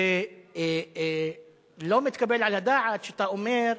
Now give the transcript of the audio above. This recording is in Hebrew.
זה לא מתקבל על הדעת שאתה אומר: